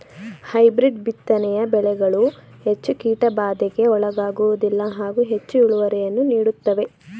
hybrid ಬಿತ್ತನೆಯ ಬೆಳೆಗಳು ಹೆಚ್ಚು ಕೀಟಬಾಧೆಗೆ ಒಳಗಾಗುವುದಿಲ್ಲ ಹಾಗೂ ಹೆಚ್ಚು ಇಳುವರಿಯನ್ನು ನೀಡುತ್ತವೆ